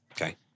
Okay